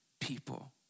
people